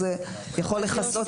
זה יכול לכסות.